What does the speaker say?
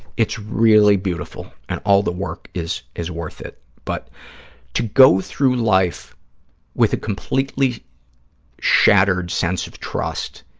it's really beautiful and all the work is is worth it, but to go through life with a completely shattered sense of trust